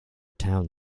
town